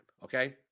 Okay